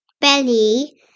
belly